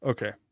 Okay